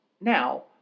Now